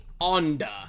Onda